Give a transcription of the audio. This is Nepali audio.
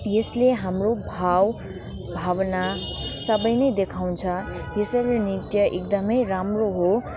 यसले हाम्रो भाव भावना सबै नै देखाउँछ यसैले नै नृत्य एकदमै राम्रो हो